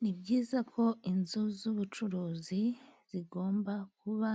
Ni byiza ko inzu z'ubucuruzi zigomba kuba